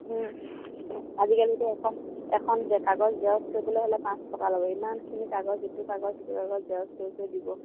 আজিকালিতো এখন এখন কাগজ জেৰ'ক্স কৰিবলৈ হ'লে পাঁচ টকা ল'ব ইমানখিনি কাগজ ইটো কাগজ সেইটো কাগজ জেৰ'ক্স কৰি কৰি দিব